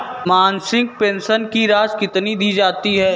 मासिक पेंशन की राशि कितनी दी जाती है?